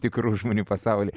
tikrų žmonių pasaulį